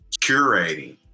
curating